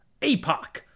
Apoc